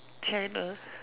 channel